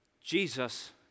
Jesus